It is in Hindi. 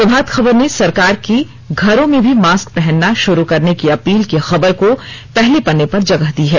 प्रभात खबर ने सरकार की घरों में भी मास्क पहनना शुरू करने की अपील की खबर को पहले पन्ने पर जगह दी है